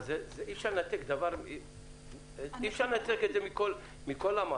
אבל אי-אפשר לנתק את זה מכל המערך.